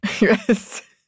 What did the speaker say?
Yes